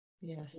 Yes